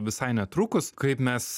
visai netrukus kaip mes